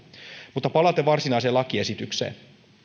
mutta palaten varsinaiseen lakiesitykseen